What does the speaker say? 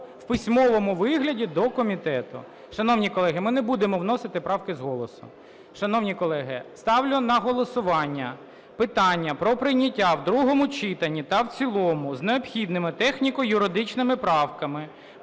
в письмовому вигляді до комітету. Шановні колеги, ми не будемо вносити правки з голосу. Шановні колеги, ставлю на голосування питання про прийняття в другому читанні та в цілому з необхідними техніко-юридичними правками